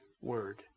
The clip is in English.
word